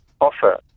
offer